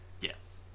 Yes